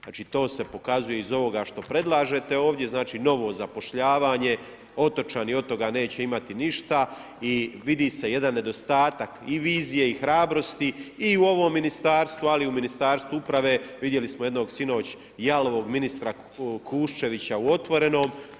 Znači to se pokazuje iz ovoga što predlažete ovdje, znači novo zapošljavanje, otočani od toga neće imati ništa i vidi se jedan nedostatak i vizije i hrabrosti i u ovo ministarstvo, ali i u ministarstvu uprave vidjeli smo jednog sinoć jalovog ministra Kušćevića u otvorenom.